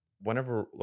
whenever